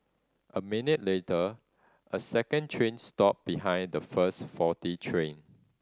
a minute later a second train stopped behind the first faulty train